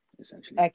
essentially